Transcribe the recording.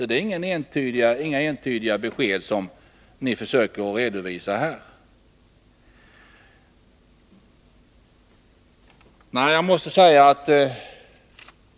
Det är alltså ingen entydig uppfattning som ni redovisar.